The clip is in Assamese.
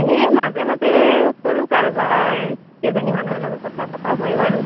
এনেই মাজে মাজে কৰোঁ কাৰোবাৰ কেইজনীমানৰ লগত কথা পতা হয় বাৰু